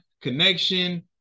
connection